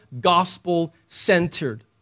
gospel-centered